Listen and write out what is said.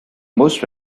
most